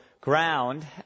ground